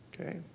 Okay